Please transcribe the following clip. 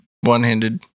One-handed